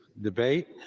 debate